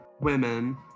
women